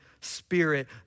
spirit